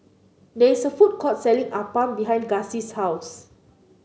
there's a food court selling appam behind Gussie's house